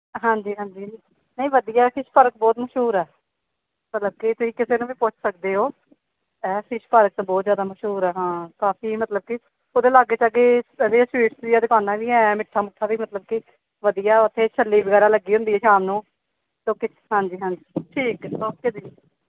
ਹਾਂਜੀ ਹਾਂਜੀ ਨਹੀਂ ਵਧੀਆ ਫਿਸ਼ ਪਾਰਕ ਬਹੁਤ ਮਸ਼ਹੂਰ ਹੈ ਮਤਲਬ ਕਿ ਤੁਸੀਂ ਕਿਸੇ ਨੂੰ ਵੀ ਪੁੱਛ ਸਕਦੇ ਹੋ ਐ ਫਿਸ਼ ਪਾਰਕ ਬਹੁਤ ਜ਼ਿਆਦਾ ਮਸ਼ਹੂਰ ਆ ਹਾਂ ਕਾਫ਼ੀ ਮਤਲਬ ਕਿ ਉਹਦੇ ਲਾਗੇ ਚਾਗੇ ਵਧੀਆ ਸਵੀਟਸ ਦੀਆਂ ਦੁਕਾਨਾਂ ਵੀ ਹੈ ਮਿੱਠਾ ਮੁੱਠਾ ਵੀ ਮਤਲਬ ਕਿ ਵਧੀਆ ਉੱਥੇ ਛੱਲੀ ਵਗੈਰਾ ਲੱਗੀ ਹੁੰਦੀ ਸ਼ਾਮ ਨੂੰ ਤੋ ਕਿ ਹਾਂਜੀ ਹਾਂਜੀ ਠੀਕ ਹੈ ਓਕੇ ਜੀ